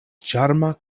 ĉarma